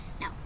No